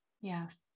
Yes